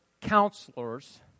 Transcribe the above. counselors